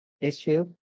issue